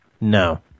No